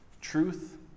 Truth